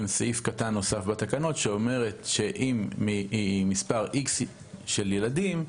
סעיף קטן נוסף בתקנות שאומר שאם יש מספר איקס של ילדים,